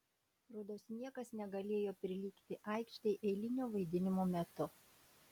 rodos niekas negalėjo prilygti aikštei eilinio vaidinimo metu